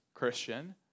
Christian